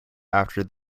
after